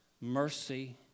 mercy